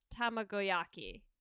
tamagoyaki